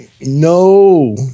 no